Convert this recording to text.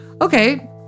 Okay